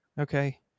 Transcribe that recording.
okay